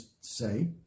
say